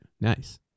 Nice